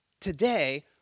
today